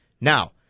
Now